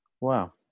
Wow